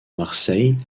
marseille